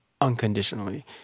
unconditionally